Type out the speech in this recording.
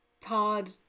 Todd